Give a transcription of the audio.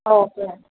okay